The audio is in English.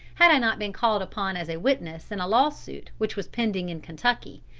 had i not been called upon as a witness in a law suit which was pending in kentucky,